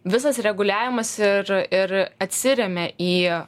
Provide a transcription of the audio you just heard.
visas reguliavimas ir ir atsiremia į